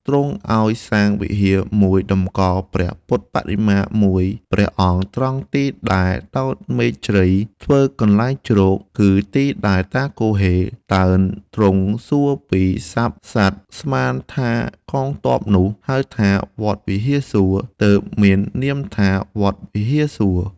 ទ្រង់ឲ្យសាងវិហារមួយតំកល់ព្រះពុទ្ធបដិមាមួយ ព្រះអង្គត្រង់ទី ដែលដោតមែកជ្រៃធ្វើកន្លែងជ្រក គឺទីដែលតាគហ៊េតើនទ្រង់សួរពីសព្ទហ្វូងសត្វស្មានថាកងទ័ពនោះ ហៅថា "វត្តវិហារសួរ" ទើបមាននាមថា"វត្តវិហារសួរ"។